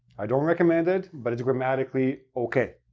i don't recommend it, but it's grammatically okay.